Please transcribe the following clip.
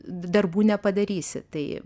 darbų nepadarysi tai